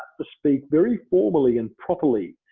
to speak very formally and properly.